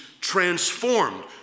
transformed